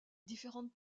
différentes